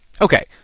Okay